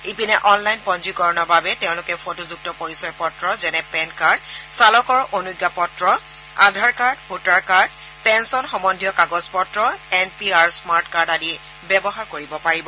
ইপিনে অনলাইন পঞ্জীকৰণৰ বাবে তেওঁলোকে ফটোযুক্ত পৰিচয় পত্ৰ যেনে পেন কাৰ্ড চালকৰ অনুজ্ঞাপত্ৰ আধাৰকাৰ্ড ভোটাৰ কাৰ্ড পেঞ্চন সহন্ধীয় কাগজ পত্ৰ N P R smart card আদি ব্যৱহাৰ কৰিব পাৰিব